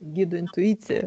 gido intuicija